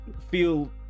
feel